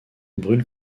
brûle